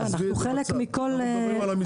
עזבי את זה בצד, אנחנו מדברים על המסעדות.